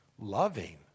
loving